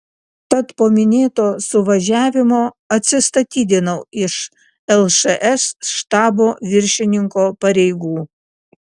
tad po minėto suvažiavimo atsistatydinau iš lšs štabo viršininko pareigų